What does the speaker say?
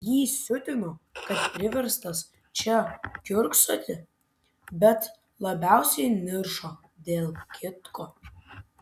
jį siutino kad priverstas čia kiurksoti bet labiausiai niršo dėl kitko